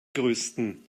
größten